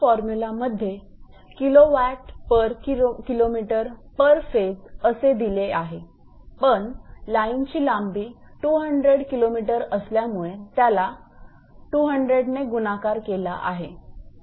पिक formula मध्ये kilowatt per kilometre per phase असे दिले आहे पण लाईन ची लांबी 200 𝑘𝑚 असल्यामुळे त्याला 200 ने गुणाकार केला आहे